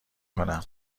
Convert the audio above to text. کنم